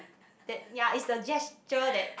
then ya it's the gesture that